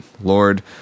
Lord